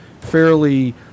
fairly